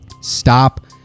stop